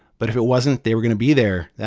but if it wasn't, they were going to be there.